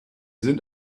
sind